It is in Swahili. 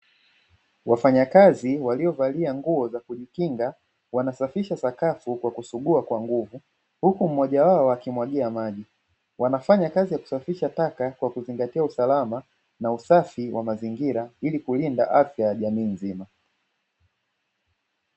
Wafanyakazi waliovalia nguo za kujikinga, wanasafisha sakafu kwa kusugua kwa nguvu, huku mmoja wao akimwagia maji, wanafanya kazi ya kusafisha taka kwa kuzingatia usalama na usafi wa mazingira, ili kulinda afya ya jamii nzima.